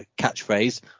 catchphrase